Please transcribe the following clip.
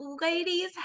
ladies